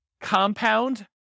compound